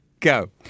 go